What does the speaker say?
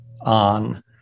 on